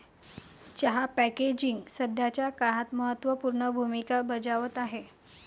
चहा पॅकेजिंग सध्याच्या काळात महत्त्व पूर्ण भूमिका बजावत आहे